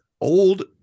old